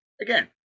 again